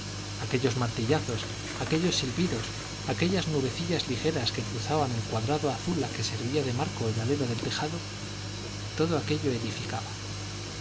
aquellos martillazos aquellos silbidos aquellas nubecillas ligeras que cruzaban el cuadrado azul a que servía de marco el alero del tejado todo aquello edificaba